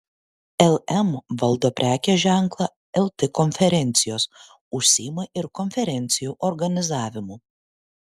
lm valdo prekės ženklą lt konferencijos užsiima ir konferencijų organizavimu